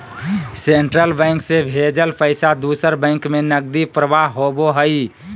central bank से भेजल पैसा दूसर बैंक में नकदी प्रवाह होबो हइ